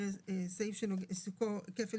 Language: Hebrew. "סעיף שעיסוקו כפל